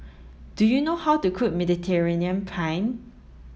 do you know how to cook Mediterranean Penne